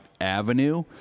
avenue